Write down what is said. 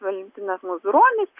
valentinas mazuronis